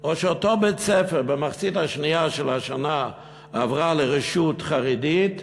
או כשאותו בית-ספר במחצית השנייה של השנה עבר לרשות חרדית,